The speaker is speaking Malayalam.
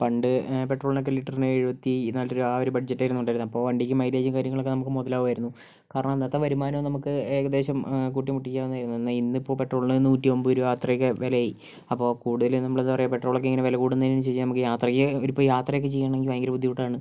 പണ്ട് പെട്രോളിനൊക്കെ ലിറ്ററിന് എഴുപത്തിനാല് രൂപ ആ ഒരു ബഡ്ജറ്റ് ആയിരുന്നു ഉണ്ടായിരുന്നത് അപ്പോൾ വണ്ടിക്ക് മൈലേജും കാര്യങ്ങളൊക്കെ നമുക്ക് മുതലാകുമായിരുന്നു കാരണം അന്നത്തെ വരുമാനവും നമുക്ക് ഏകദേശം കൂട്ടിമുട്ടിക്കാവുന്നതായിരുന്നു എന്നാൽ ഇന്നിപ്പോൾ പെട്രോളിന് നൂറ്റി ഒൻപതു രൂപ അത്രയൊക്കെ വിലയായി അപ്പോൾ കൂടുതൽ നമ്മൾ എന്താ പറയുക പെട്രോളൊക്കെ ഇങ്ങനെ വില കൂടുന്നതിനനുസരിച്ച് നമുക്ക് യാത്രയ്ക്ക് ഒരു ഇപ്പോൾ യാത്രയൊക്കെ ചെയ്യണമെങ്കിൽ ഭയങ്കര ബുദ്ധിമുട്ടാണ്